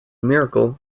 miracle